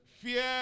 Fear